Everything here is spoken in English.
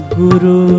Guru